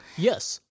Yes